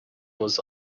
was